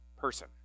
person